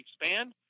expand